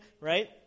right